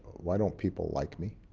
why don't people like me